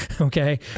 Okay